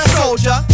soldier